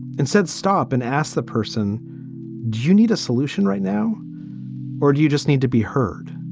instead, stop and ask the person, do you need a solution right now or do you just need to be heard?